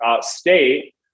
state